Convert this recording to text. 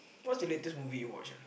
what's the latest movie you watch ah